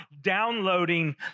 downloading